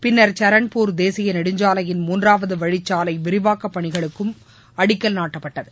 பின்னர் சரண்பூர் தேசிய நெடுஞ்சாலையின் மூன்றாவது வழி சாலை விரிவாக்கப் பணிகளுக்கும் அடிக்கல் நாட்டப்பட்டது